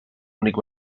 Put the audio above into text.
únic